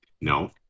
No